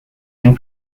and